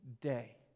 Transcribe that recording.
day